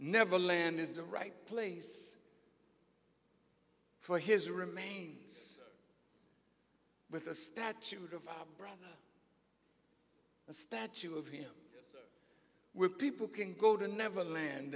neverland is the right place for his remains with a statute of a statue of him with people can go to neverland